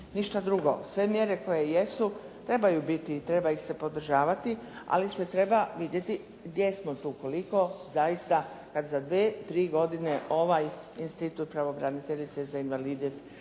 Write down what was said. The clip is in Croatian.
Ništa drugo. Sve mjere koje jesu trebaju biti, treba ih se podržavati, ali se treba vidjeti gdje smo tu, koliko zaista kad za 2-3 godine ovaj institut pravobraniteljice za invalide